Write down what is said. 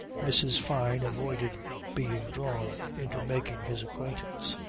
mrs. fyne avoided being drawn into making his acquaintance,